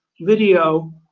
video